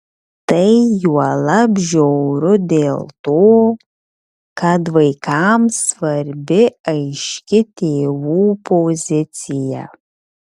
tai juolab žiauru dėl to kad vaikams svarbi aiški tėvų pozicija